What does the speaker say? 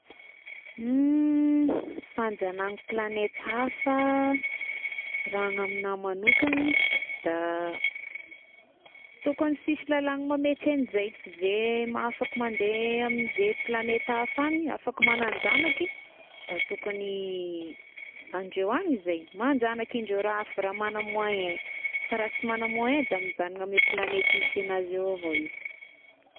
Fanjanahagna planeta hafa ,raha gny aminà manokagny da tokogny sisy lalàgna mametry an'izay f'izay mahafaka mandeha amin'izay planeta hafa agny, afaky magnanjanaky da tokogny andreo agny izay, manjagnaky indreo raha afa raha magna moyen fa raha sy magna moyen da mijagnona amin'ny planeta misy agnazy eo avao izy.